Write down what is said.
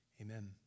Amen